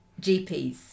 GPs